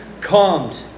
calmed